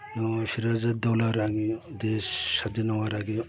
এবং সিরজউদৌল্লার আগে দেশ স্বাধীন হওয়ার আগে